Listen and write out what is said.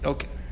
Okay